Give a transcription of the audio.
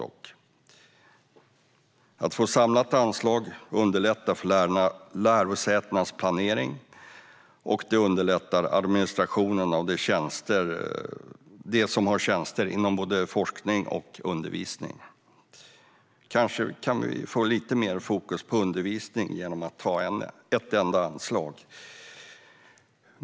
Att få ett samlat anslag underlättar för lärosätenas planering, och det underlättar administrationen för dem som har tjänster inom både forskning och undervisning. Kanske vi kan få lite mer fokus på undervisning genom att ha ett enda anslag.